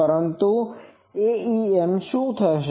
પરંતુ Aem શું છે